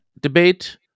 debate